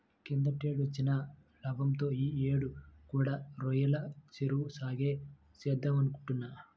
కిందటేడొచ్చిన లాభంతో యీ యేడు కూడా రొయ్యల చెరువు సాగే చేద్దామనుకుంటున్నా